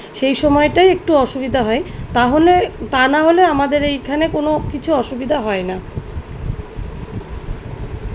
সেই সময়টাই একটু অসুবিধা হয় তাহলে তা নাহলে আমাদের এইখানে কোনো কিছু অসুবিধা হয় না